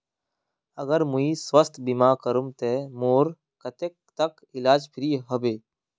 अगर मुई स्वास्थ्य बीमा करूम ते मोर कतेक तक इलाज फ्री होबे?